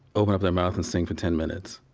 open up their mouth and sing for ten minutes,